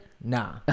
Nah